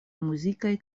muzikaj